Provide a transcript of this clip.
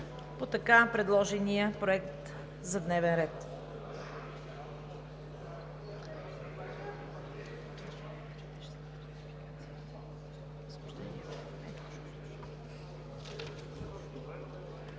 по така предложения Проект за дневен ред.